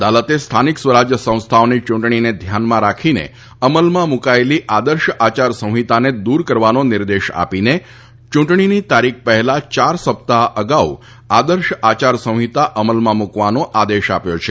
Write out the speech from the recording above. અદાલતે સ્થાનિક સ્વરાજ સંસ્થાઓની ચૂંટણીને ધ્યાનમાં રાખીને અમલમાં મૂકાયેલી આદર્શ આચારસંહિતાને દુર કરવાનો નિર્દેશ આપીને ચૂંટણીની તારીખ પહેલાં ચાર સપ્તાહ અગાઉ આદર્શ આચારસંહિતા અમલમાં મૂકવાનો આદેશ આપ્યો છે